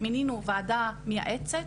מינינו ועדה מייעצת.